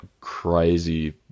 crazy